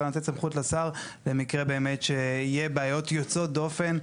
לתת סמכות לשר במקרה באמת יהיה בעיות יוצאות דופן.